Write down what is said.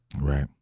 right